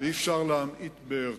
ואי-אפשר להמעיט בערכו.